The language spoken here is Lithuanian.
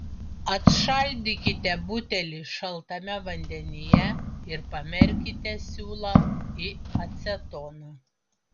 atšaldykite butelį šaltame vandenyje ir pamerkite siūlą į acetoną